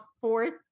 fourth